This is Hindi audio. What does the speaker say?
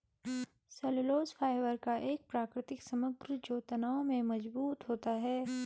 सेल्यूलोज फाइबर का एक प्राकृतिक समग्र जो तनाव में मजबूत होता है